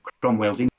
Cromwell's